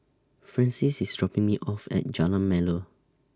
Francis IS dropping Me off At Jalan Melor